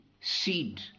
seed